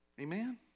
Amen